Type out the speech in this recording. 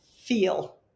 feel